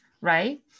right